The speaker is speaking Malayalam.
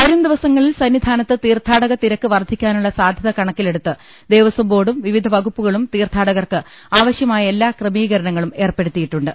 വരും ദിവസങ്ങളിൽ സന്നിധാനത്ത് തീർത്ഥാടക തിരക്ക് വർധി ക്കാനുള്ള സാധ്യത കണക്കിലെടുത്ത് ദേവസ്ഥംബോർഡും വിവി ധ വകുപ്പുകളും തീർത്ഥാടകർക്ക് ആവശ്യമായ എല്ലാ ക്രമീകര ണങ്ങളും ഏർപ്പെടുത്തിയിട്ടുണ്ട്